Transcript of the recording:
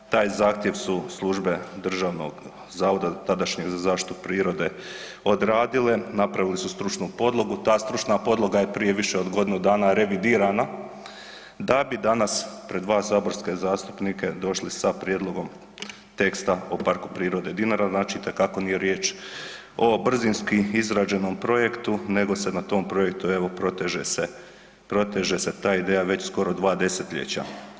Taj zahtjev su službe državnog zavoda, tadašnjeg, za zaštitu prirode odradile, napravile su stručnu podlogu, ta stručna podloga je prije više od godinu dana revidirana da bi danas pred vas, saborske zastupnike došli sa prijedlogom teksta o Parku prirode Dinara, znači itekako nije riječ o brzinski izrađenom projektu nego se na tom projektu, evo proteže se ta ideja već skoro 2 desetljeća.